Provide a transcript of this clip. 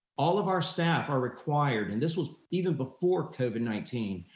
all of our staff are required, and this was even before covid nineteen,